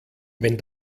wenn